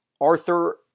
Arthur